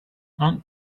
aunt